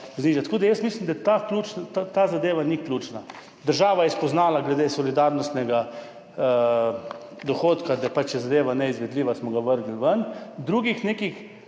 Tako da jaz mislim, da ta zadeva ni ključna. Država je spoznala glede solidarnostnega dohodka, da je zadeva neizvedljiva, smo ga vrgli ven.